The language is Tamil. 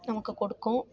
நமக்கு கொடுக்கும்